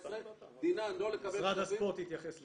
דינן לא לקבל כספים --- משרד הספורט יתייחס לזה.